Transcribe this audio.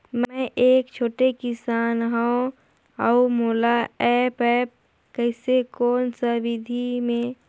मै एक छोटे किसान हव अउ मोला एप्प कइसे कोन सा विधी मे?